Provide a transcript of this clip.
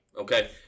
okay